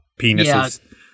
penises